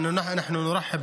אתם ראיתם מה קרה הלילה.